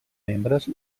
membres